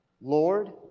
Lord